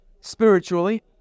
spiritually